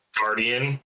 Guardian